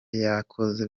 yakoze